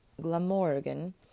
glamorgan